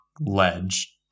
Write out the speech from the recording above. ledge